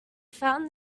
found